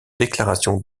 déclaration